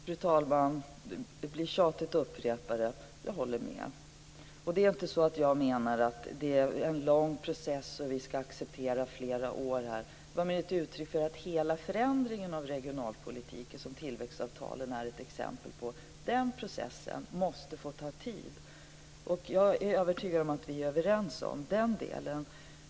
Fru talman! Det blir tjatigt att upprepa det, men jag håller med. Det är inte så att jag menar att det här är en lång process och att vi ska acceptera att den tar flera år. Det var mer ett uttryck för att hela den förändring av regionalpolitiken som tillväxtavtalen är ett exempel på är en process som måste få ta tid. Jag är övertygad om att vi är överens om den delen.